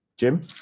Jim